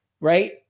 right